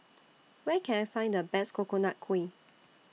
Where Can I Find The Best Coconut Kuih